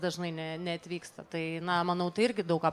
dažnai ne neatvyksta tai na manau tai irgi daug ką